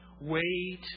wait